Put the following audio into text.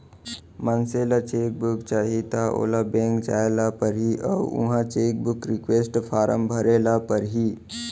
मनसे ल cheque book चाही त ओला बेंक जाय ल परही अउ उहॉं चेकबूक रिक्वेस्ट फारम भरे ल परही